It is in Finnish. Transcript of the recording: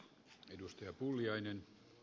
arvoisa herra puhemies